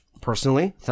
personally